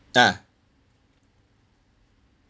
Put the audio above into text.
ah